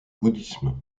bouddhisme